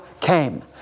came